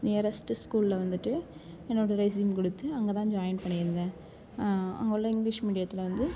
nearest ஸ்கூலில் வந்துட்டு என்னோடய ரெஸ்யூம் கொடுத்து அங்கே தான் ஜாயின் பண்ணிருந்தேன் அங்கே உள்ள இங்கிலிஷ் மீடியத்தில் வந்து